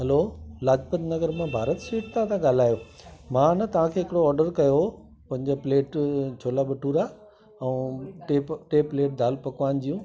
hello Lajpat Nagar मां Bharat sweet सां ॻाल्हायो मां न तव्हांखे हिकिड़ो ऑडर कयो हो पंज प्लेट छोला भटूरा ऐं टे प टे प्लेट दालि पकवान जूं